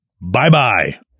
bye-bye